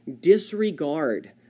disregard